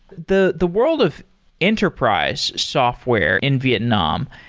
the the world of enterprise software in vietnam,